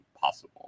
possible